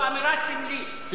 זו אמירה סמלית.